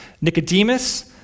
Nicodemus